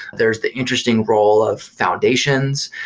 there's the interesting role of foundations.